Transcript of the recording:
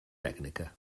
tècnica